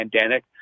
pandemic